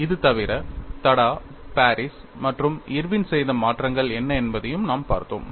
இது தவிர தடா பாரிஸ் மற்றும் இர்வின் செய்த மாற்றங்கள் என்ன என்பதையும் நாம் பார்த்தோம்